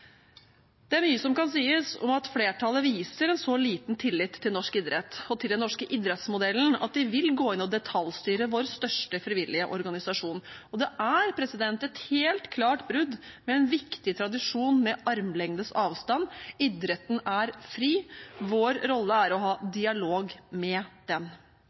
Det er mye som kan sies om at flertallet viser så liten tillit til norsk idrett og til den norske idrettsmodellen at de vil gå inn og detaljstyre vår største frivillige organisasjon. Og det er et helt klart brudd med en viktig tradisjon med armlengdes avstand – idretten er fri. Vår rolle er å ha dialog med den.